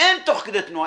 אין תוך כדי תנועה.